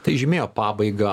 tai žymėjo pabaigą